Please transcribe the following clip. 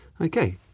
Okay